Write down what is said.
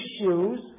issues